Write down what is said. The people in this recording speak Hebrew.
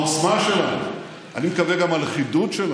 העוצמה שלנו, אני מקווה שגם הלכידות שלנו,